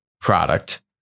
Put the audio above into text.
product